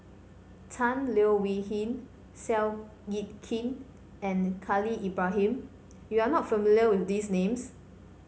Tan Leo Wee Hin Seow Yit Kin and Khalil Ibrahim you are not familiar with these names